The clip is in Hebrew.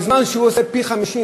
בזמן שהוא עושה פי-50.